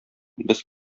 без